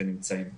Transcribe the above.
ועם זה אני אסיים,